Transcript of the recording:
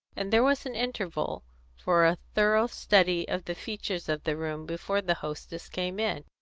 and there was an interval for a thorough study of the features of the room before the hostess came in,